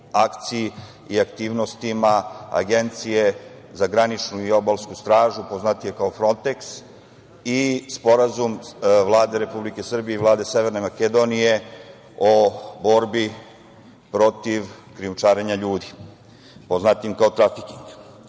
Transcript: i aktivnostima Agencije za graničnu i obalsku stražu, poznatije kao Fronteks, i Sporazum Vlade Republike Srbije i Vlade Severne Makedonije o borbi protiv krijumčarenja ljudi, poznatije kao trafiking. Sve